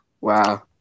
Wow